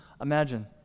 Imagine